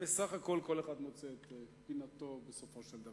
בסך הכול כל אחד מוצא את פינתו בסופו של דבר.